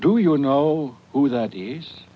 do you know who that